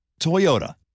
Toyota